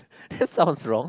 that sounds wrong